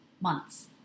months